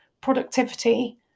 productivity